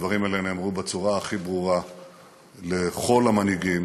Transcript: הדברים האלה נאמרו בצורה הכי ברורה לכל המנהיגים.